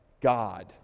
God